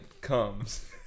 comes